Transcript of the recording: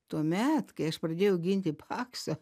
tuomet kai aš pradėjau ginti paksą